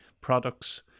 products